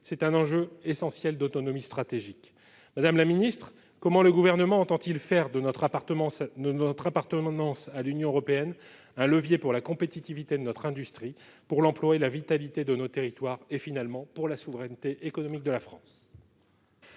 C'est un enjeu essentiel d'autonomie stratégique. Madame la ministre, comment le Gouvernement entend-il faire de notre appartenance à l'Union européenne un levier pour la compétitivité de notre industrie, pour l'emploi et la vitalité de nos territoires et, finalement, pour la souveraineté économique de la France ?